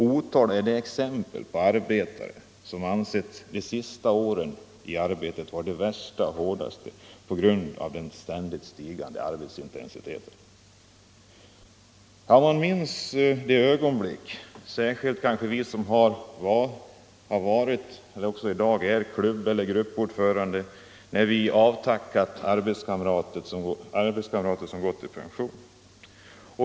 Det finns otaliga exempel på arbetare som ansett de sista åren i arbetet vara de hårdaste, på grund av den ständigt stigande arbetsintensiteten. Särskilt vi som varit eller som i dag är klubbeller gruppordförande minns de ögonblick när vi avtackat arbetskamrater som gått i pension.